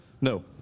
No